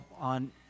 on